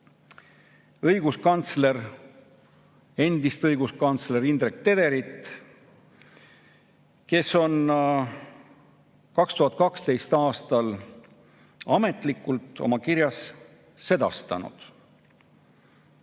ma tsiteerida endist õiguskantslerit Indrek Tederit, kes 2012. aastal ametlikult oma kirjas sedastas: